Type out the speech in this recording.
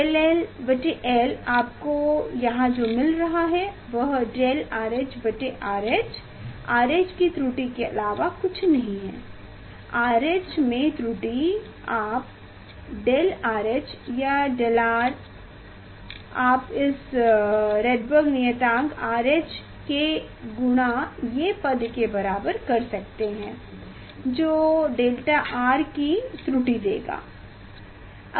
𝝳𝝺𝝺 आपको यहां जो मिल रहा है वह 𝝳RHRH RH की त्रुटि के अलावा कुछ नहीं है RH में त्रुटि आप 𝝳RH या 𝝳R आप इस रेडबर्ग नियतांक RH के गुणा ये पद के बराबर कर सकते हैं जो डेल्टा R कि त्रुटि देगा